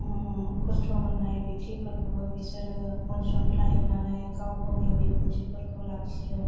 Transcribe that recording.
खस्थ' मोननाय बेखथिफोरखौबो बिसोरो आनसुंथाइ होनानै गाव गावनि बिबुंथिफोरखौ लाखियो